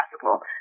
possible